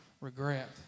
regret